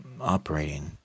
operating